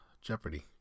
Jeopardy